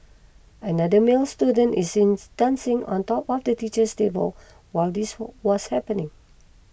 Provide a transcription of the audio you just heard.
another male student is seems dancing on top of the teacher's table while this was happening